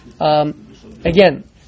again